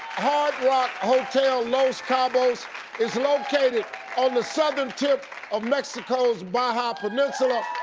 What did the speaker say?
hard rock hotel los cabos is located on the southern tip of mexico's baja peninsula,